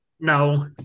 No